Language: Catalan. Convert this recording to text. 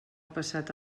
passat